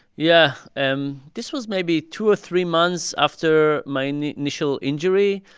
yeah. um this was maybe two or three months after my initial injury.